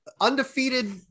undefeated